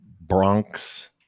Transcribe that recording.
Bronx